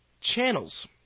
channels